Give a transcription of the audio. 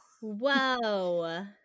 Whoa